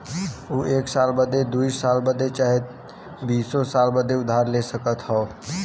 ऊ एक साल बदे, दुइ साल बदे चाहे बीसो साल बदे उधार ले सकत हौ